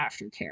aftercare